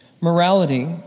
morality